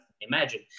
Imagine